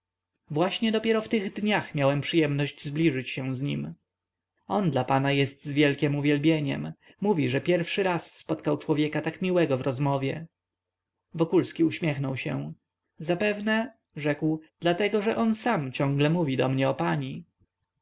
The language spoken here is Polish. właśnie dopiero w tych dniach miałem przyjemność zbliżyć się z nim on dla pana jest z wielkiem uwielbieniem mówi że pierwszy raz spotkał człowieka tak miłego w rozmowie wokulski uśmiechnął się zapewne rzekł dlatego że on sam ciągle mówi do mnie o pani